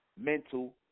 mental